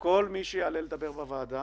שכל מי שיעלה לדבר הוועדה